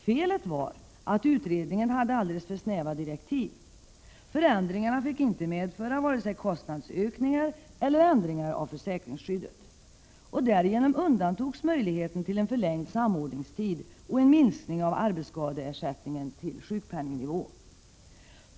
Felet var att utredningen hade alldeles för snäva direktiv. Förändringarna fick inte medföra vare sig kostnadsökningar eller ändringar av försäkringsskyddet. Därigenom undantogs möjligheten till en förlängd samordningstid och en minskning av arbetsskadeersättningen till sjukpenningnivån.